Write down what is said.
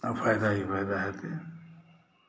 आ फाय ौदा ही फायदा हेतै